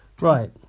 Right